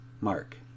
Mark